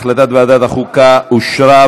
החלטת ועדת החוקה התקבלה.